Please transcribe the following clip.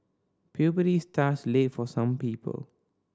puberty starts late for some people